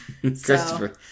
christopher